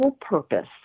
purpose